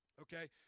okay